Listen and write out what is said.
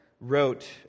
wrote